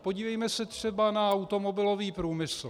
Podívejme se třeba na automobilový průmysl.